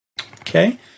Okay